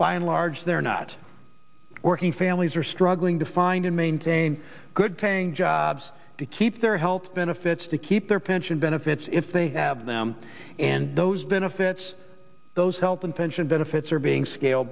by and large they're not working families are struggling to find and maintain good paying jobs to keep their health benefits to keep their pension benefits if they have them and those benefits those health and pension benefits are being scale